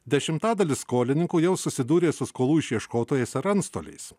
dešimtadalis skolininkų jau susidūrė su skolų išieškotojais ar antstoliais